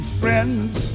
friends